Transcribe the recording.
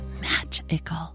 magical